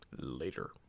later